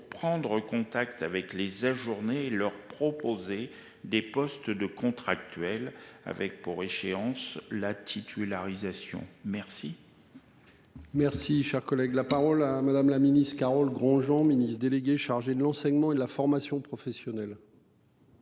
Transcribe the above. prendre contact avec les ajourner leur proposer des postes de contractuels avec pour échéance la titularisation. Merci. Merci, cher collègue, la parole à Madame la Ministre Carole Granjean, ministre déléguée chargée de l'enseignement et la formation professionnelle.